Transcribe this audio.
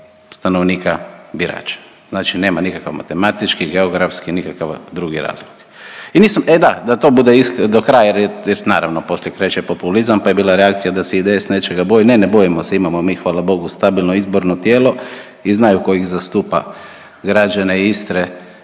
stanovnika birača. Znači nema nikakav matematički, geografski, nikakav drugi razlog. I nisam, e da da to bude do kraja, naravno poslije kreće populizam pa je bila reakcija da se IDS nečega boji. Ne, ne bojimo se imamo mi hvala Bogu stabilno izborno tijelo i znaju tko ih zastupa, građane Istre